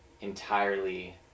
entirely